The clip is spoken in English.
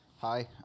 Hi